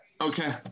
okay